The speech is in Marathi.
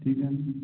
ठीक आहे